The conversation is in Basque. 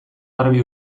garbi